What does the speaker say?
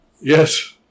Yes